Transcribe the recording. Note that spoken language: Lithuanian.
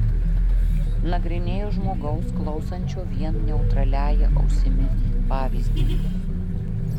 nagrinėjo žmogaus klausančio vien neutraliąja ausimi pavyzdį